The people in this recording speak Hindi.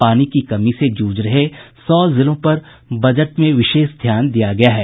पानी की कमी से जूझ रहे सौ जिलों पर बजट में विशेष ध्यान दिया गया है